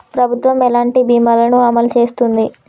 ప్రభుత్వం ఎలాంటి బీమా ల ను అమలు చేస్తుంది?